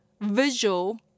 visual